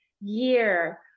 year